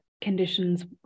conditions